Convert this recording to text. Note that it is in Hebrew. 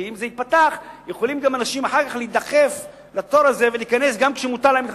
כי אם זה ייפתח יכולים גם אנשים אחר כך להידחף לתור